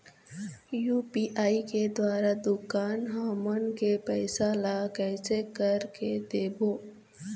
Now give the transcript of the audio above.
UPI के द्वारा दुकान हमन के पैसा ला कैसे कर के देबो?